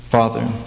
Father